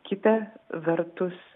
kita vertus